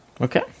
Okay